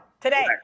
today